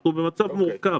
אנחנו במצב מורכב.